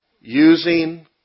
using